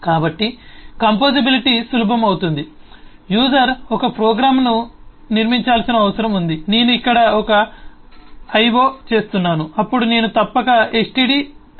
కాబట్టి కంపోజిబిలిటీ సులభం అవుతుంది యూజర్ ఒక ప్రోగ్రామ్ను ఆమె నిర్మించాల్సిన అవసరం ఉంది నేను ఇక్కడ ఒక io చేస్తున్నాను అప్పుడు నేను తప్పక stdio